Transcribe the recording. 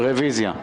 רוויזיה.